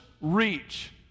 reach